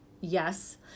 yes